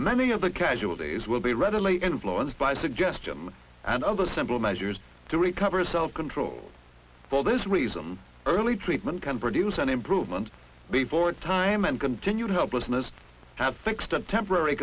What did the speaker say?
many of the casualties will be readily influenced by suggestion and other simple measures to recover self control for this reason early treatment can produce an improvement before time and continued helplessness have fixed a temporary